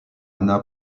ana